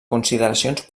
consideracions